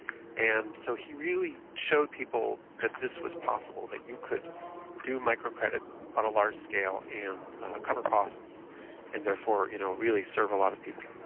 and so he really showed people that this was possible, that you could do microcredit on a large scale and cover costs and therefore you know really serve a lot of people.